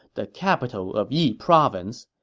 the capital of yi province.